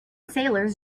sailors